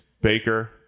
Baker